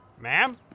Ma'am